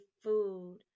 food